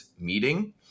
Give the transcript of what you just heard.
meeting